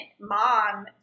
mom